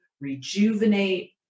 rejuvenate